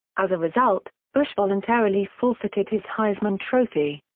as a result, bush voluntarily forfeited his heisman trophy.